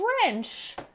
French